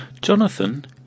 Jonathan